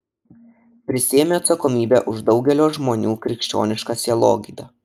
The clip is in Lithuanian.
prisiėmė atsakomybę už daugelio žmonių krikščionišką sielogydą